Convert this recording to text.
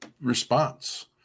response